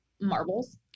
marbles